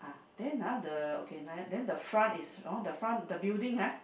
then ah the okay like that then the front is hor the front the building ha